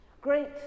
Great